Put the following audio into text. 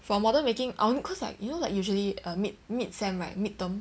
for modern making I only cause like you know like usually a mid mid sem right mid term